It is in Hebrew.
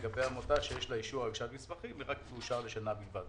לגבי עמותה שיש לה אישור הגשת מסמכים היא רק תאושר לשנה בלבד.